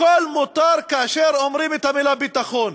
הכול מותר כאשר אומרים את המילה "ביטחון".